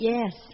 Yes